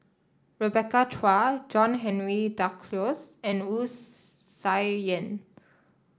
Rebecca Chua John Henry Duclos and Wu Tsai Yen